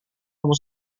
kamu